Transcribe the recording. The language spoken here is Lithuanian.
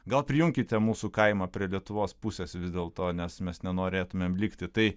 gal prijunkite mūsų kaimą prie lietuvos pusės vis dėl to nes mes nenorėtumėm likti tai